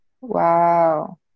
Wow